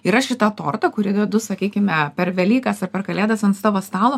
ir aš į tą tortą kurį dedu sakykime per velykas ar per kalėdas ant savo stalo